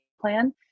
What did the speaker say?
plan